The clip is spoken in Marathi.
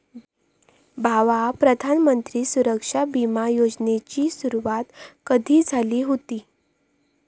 भावा, प्रधानमंत्री सुरक्षा बिमा योजनेची सुरुवात कधी झाली हुती